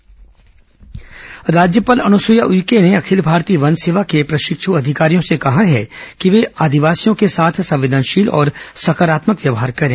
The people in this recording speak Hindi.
राज्यपाल मुख्यमंत्री आदिवासी राज्यपाल अनुसुईया उइके ने अखिल भारतीय वन सेवा के प्रशिक्षु अधिकारियों से कहा है कि वे आदिवासियों के साथ संवेदनशील और सकारात्मक व्यवहार करें